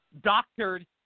doctored